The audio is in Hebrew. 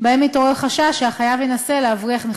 שבהם התעורר חשש שהחייב ינסה להבריח נכסים.